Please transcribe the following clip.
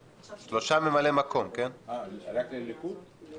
מי ממלא מקום בחוץ וביטחון?